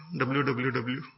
WWW